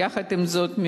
יחד עם זאת,